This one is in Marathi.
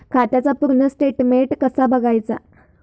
खात्याचा पूर्ण स्टेटमेट कसा बगायचा?